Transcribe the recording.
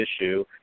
issue